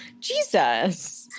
jesus